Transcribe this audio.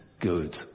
good